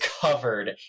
covered